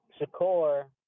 Shakur